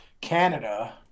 Canada